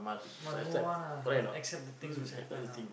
must move on ah must accept the things which happen ah